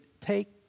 take